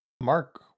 Mark